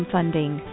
Funding